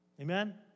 Amen